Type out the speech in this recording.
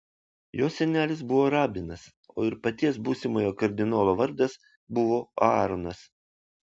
jo senelis buvo rabinas o ir paties būsimojo kardinolo vardas buvo aaronas